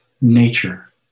nature